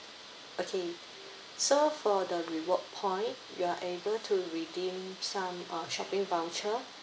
okay so for the reward point you're able to redeem some uh shopping voucher